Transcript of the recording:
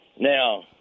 now –